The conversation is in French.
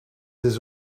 des